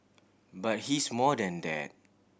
but he's more than that